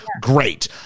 great